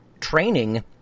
training –